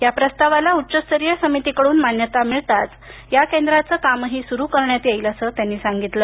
या प्रस्तावाला उच्च स्तरीय समितीकडून मान्यता मिळताच या केंद्राचं कामही सुरु करण्यात येईल असं त्यांनी सांगितलं